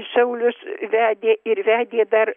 saulius vedė ir vedė dar